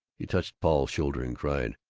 he touched paul's shoulder, and cried,